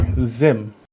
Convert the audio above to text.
Zim